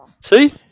See